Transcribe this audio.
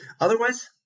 otherwise